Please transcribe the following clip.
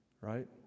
right